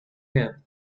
him